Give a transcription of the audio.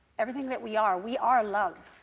everything that we are, we are love.